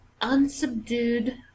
unsubdued